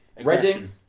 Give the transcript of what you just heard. Reading